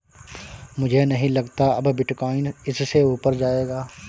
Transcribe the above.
मुझे नहीं लगता अब बिटकॉइन इससे ऊपर जायेगा